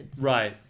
right